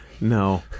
No